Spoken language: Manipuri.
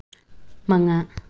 ꯃꯉꯥ